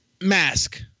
Mask